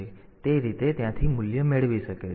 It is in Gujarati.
તેથી તે રીતે તે ત્યાંથી મૂલ્ય મેળવી શકે છે